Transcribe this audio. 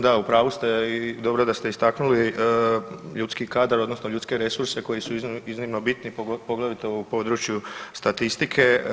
Da, u pravu ste i dobro da ste istaknuli ljudski kadar odnosno ljudske resurse koji su iznimno bitni, poglavito u području statistike.